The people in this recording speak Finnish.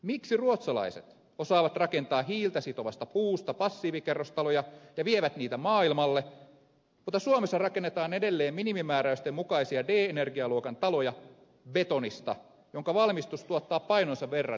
miksi ruotsalaiset osaavat rakentaa hiiltä sitovasta puusta passiivikerrostaloja ja vievät niitä maailmalle mutta suomessa rakennetaan edelleen minimimääräysten mukaisia d energialuokan taloja betonista jonka valmistus tuottaa painonsa verran hiilidioksidia